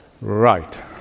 Right